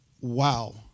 wow